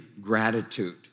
gratitude